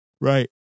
right